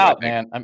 man